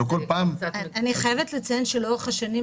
וכל פעם --- אני חייבת לציין שלאורך השנים,